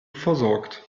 versorgt